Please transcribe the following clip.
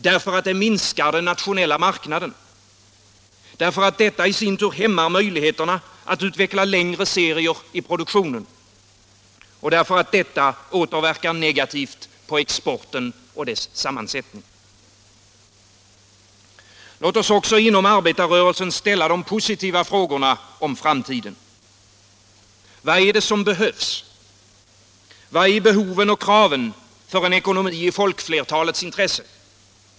Därför att det minskar den nationella marknaden. Därför att detta i sin tur hämmar möjligheterna att utveckla längre serier i produktionen. Därför att det återverkar negativt på exporten och dess sammansättning. Låt oss också inom arbetarrörelsen ställa de positiva frågorna om framtiden. Vad är det som behövs? Vilka är behoven och kraven för en ekonomi i folkflertalets intresse?